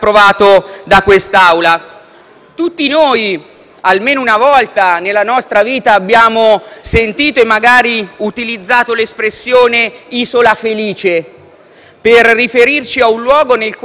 Tutti noi, almeno una volta nella nostra vita, abbiamo sentito e magari utilizzato l'espressione «isola felice» per riferirci ad un luogo nel quale vale la pena di vivere